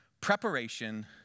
Preparation